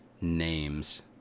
names